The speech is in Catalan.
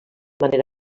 manera